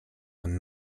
and